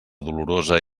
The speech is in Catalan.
dolorosa